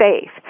safe